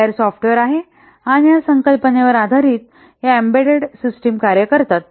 हे layer software आहे आणि या संकल्पनेवर आधारित या एम्बेडेड सिस्टम कार्य करतात